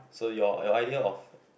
so your your idea of